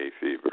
fever